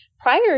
prior